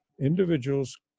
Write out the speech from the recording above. individuals